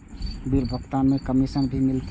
Bill भुगतान में commission भी मिले छै?